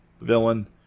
villain